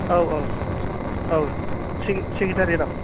औ औ औ सेक्रेटारियेतआव